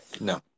No